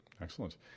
Excellent